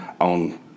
on